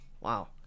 Wow